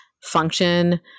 function